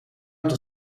een